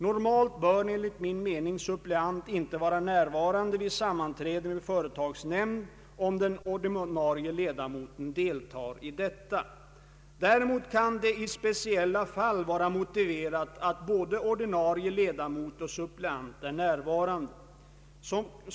Normalt bör enligt min mening suppleant inte vara närvarande vid sammanträde med företagsnämnd, om den ordinarie ledamoten deltar i detta. Däremot kan det i speciella fall vara motiverat att både ordinarie ledamot och suppleant är närvarande.